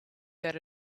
that